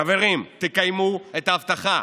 חברים, תקיימו את ההבטחה.